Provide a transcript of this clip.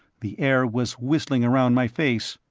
the air was whistling around my face.